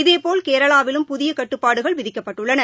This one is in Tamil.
இதேபோல் கேரளாவிலும் புதிய கட்டுப்பாடுகள் விதிக்கப்பட்டுள்ளன